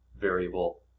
Variable